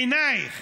בעינייך